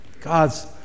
God's